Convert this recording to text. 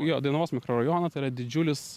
jo dainavos mikrorajono tai yra didžiulis